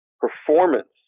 performance